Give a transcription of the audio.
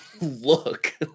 look